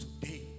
Today